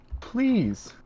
Please